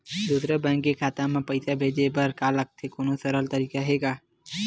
दूसरा बैंक के खाता मा पईसा भेजे बर का लगथे कोनो सरल तरीका हे का?